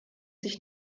sich